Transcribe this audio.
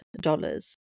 dollars